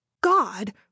God